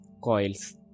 coils